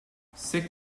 sick